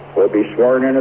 will be sworn and